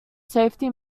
safety